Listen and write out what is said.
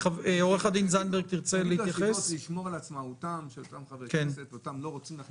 צריך לשמור על עצמאותם של אותם חברי כנסת שאותם לא רוצים להכניס